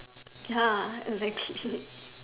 ya exactly